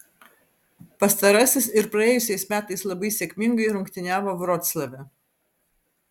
pastarasis ir praėjusiais metais labai sėkmingai rungtyniavo vroclave